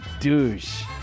douche